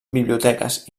biblioteques